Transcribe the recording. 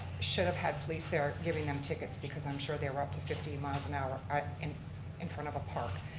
should have had police there giving them tickets because i'm sure they were up to fifteen miles per hour in in front of a park.